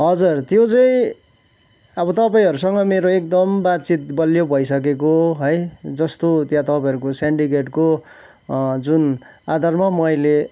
हजुर त्यो चाहिँ अब तपाईँहरूसँग मेरो एकदम बातचित बलियो भइसकेको है जस्तो त्यहाँ तपाईँहरूको सेन्डिकेटको जुन आधारमा म अहिले